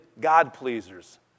God-pleasers